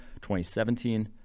2017